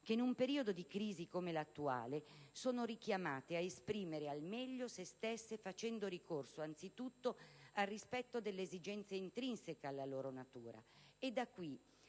che in un periodo di crisi come l'attuale sono richiamate ad esprimere al meglio se stesse, facendo ricorso anzitutto al rispetto delle esigenze intrinseche alla loro natura